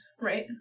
right